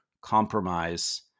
compromise